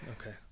Okay